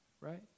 right